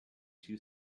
two